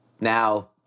now